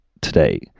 today